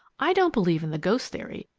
i don't believe in the ghost theory,